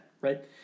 right